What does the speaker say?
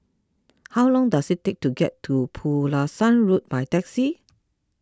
how long does it take to get to Pulasan Road by taxi